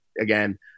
again